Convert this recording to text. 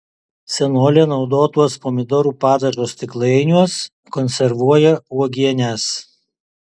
senolė naudotuos pomidorų padažo stiklainiuos konservuoja uogienes